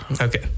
Okay